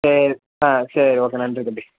சரி ஆ சரி ஓகே நன்றி தம்பி